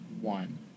one